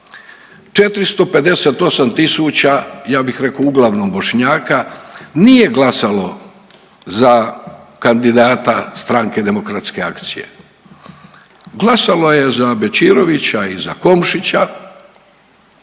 458 tisuća ja bih rekao uglavnom Bošnjaka nije glasalo za kandidata Stranke Demokratske akcije, glasalo je za Bečirovića i za Komšića